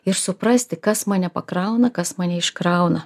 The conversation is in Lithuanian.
ir suprasti kas mane pakrauna kas mane iškrauna